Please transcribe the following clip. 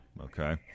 Okay